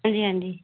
ਹਾਂਜੀ ਹਾਂਜੀ